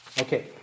Okay